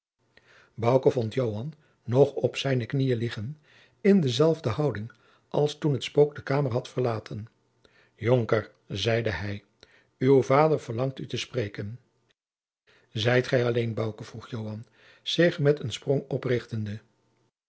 vond joan nog op zijne knieën liggen in dezelfde houding als toen het spook de kamer had verlaten jonker zeide hij uw vader verlangt u te spreken zijt gij alleen bouke vroeg joan zich met een sprong oprichtende